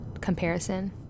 Comparison